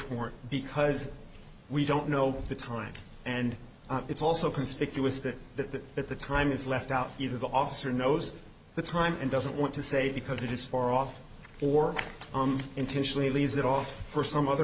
warrant because we don't know the time and it's also conspicuous that that at the time is left out either the officer knows the time and doesn't want to say because it is far off or intentionally leaves it off for some other